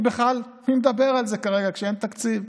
מי מדבר על זה בכלל כרגע, כשאין תקציב.